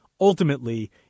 Ultimately